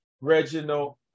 Reginald